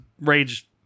rage